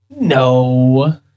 No